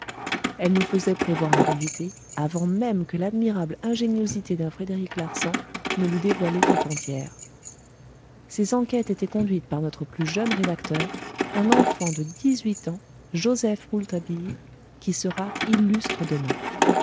elles nous faisaient prévoir la vérité avant même que l'admirable ingéniosité d'un frédéric larsan ne l'eût dévoilée tout entière ces enquêtes étaient conduites par notre plus jeune rédacteur un enfant de dix-huit ans joseph rouletabille qui sera illustre